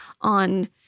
on